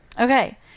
Okay